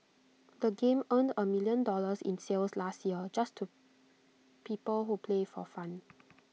the game earned A million dollars in sales last year just to people who play for fun